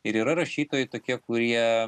ir yra rašytojai tokie kurie